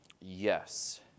Yes